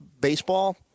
baseball